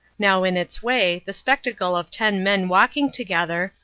now in its way, the spectacle of ten men walking together,